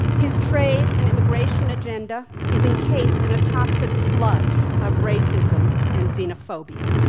his trade and immigration agenda is encased in a toxic sludge of racism and xenophobia.